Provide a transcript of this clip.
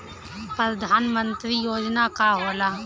परधान मंतरी योजना का होला?